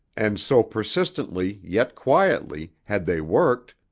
and so persistently, yet quietly, had they worked,